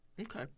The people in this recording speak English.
Okay